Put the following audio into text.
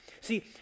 See